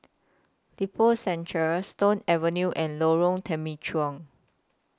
Lippo Centre Stone Avenue and Lorong Temechut